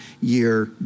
year